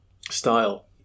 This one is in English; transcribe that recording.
style